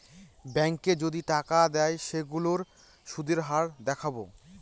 ব্যাঙ্কে যদি টাকা দেয় সেইগুলোর সুধের হার দেখাবো